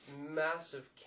massive